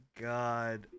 god